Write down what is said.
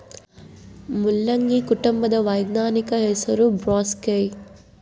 ಮುಲ್ಲಂಗಿ ಕುಟುಂಬದ ವೈಜ್ಞಾನಿಕ ಹೆಸರು ಬ್ರಾಸಿಕೆಐ